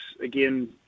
again